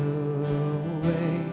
away